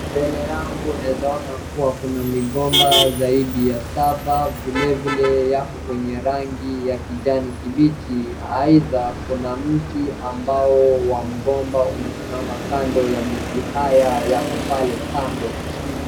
Mbele yangu naeza ona kuwa kuna migomba zaidi ya saba vile vile yako kwenye rangi ya kijani kibichi aidha kuna mti ambao wa mgomba umesimama kando ya miti haya yako pale kando.